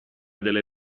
delle